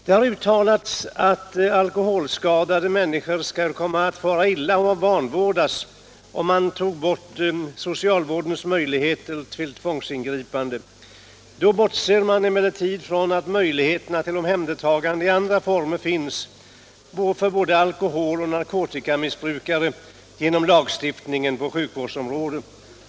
Det har uttalats att alkoholskadade människor skulle komma att fara illa och vanvårdas, om man tog bort socialvårdens möjligheter till tvångsingripanden. Då bortser man emellertid från att det genom lagstiftningen på socialvårdsområdet finns möjligheter till omhändertagande i andra former av såväl alkoholsom narkotikamissbrukare.